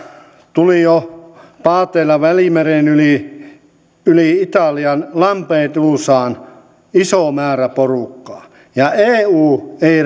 tuli jo paateilla yli välimeren italian lampedusaan iso määrä porukkaa ja eu ei